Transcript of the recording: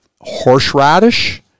horseradish